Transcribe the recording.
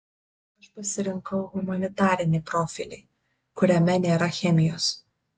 aš pasirinkau humanitarinį profilį kuriame nėra chemijos